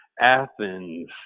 Athens